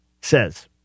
says